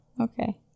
Okay